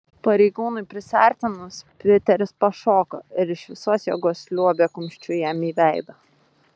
pareigūnui prisiartinus piteris pašoko ir iš visos jėgos liuobė kumščiu jam į veidą